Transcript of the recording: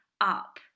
up